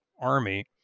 Army